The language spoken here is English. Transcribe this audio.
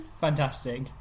fantastic